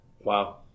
Wow